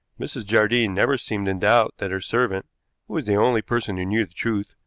mrs. jardine never seemed in doubt that her servant, who was the only person who knew the truth,